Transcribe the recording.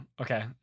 Okay